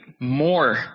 more